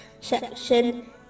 section